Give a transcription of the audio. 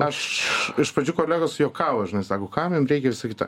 aš iš pradžių kolegos juokavo žinai sako kam jum reikia visa kita